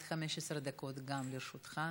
עד 15 דקות גם לרשותך.